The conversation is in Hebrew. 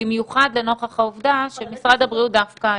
במיוחד לנוכח העובדה שמשרד הבריאות תומך.